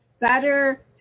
better